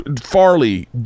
Farley